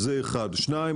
שניים,